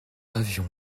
avion